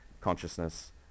consciousness